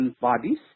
bodies